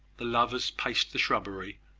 the lovers paced the shrubbery,